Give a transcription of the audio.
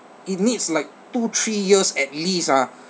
it needs like two three years at least ah